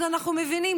אז אנחנו מבינים.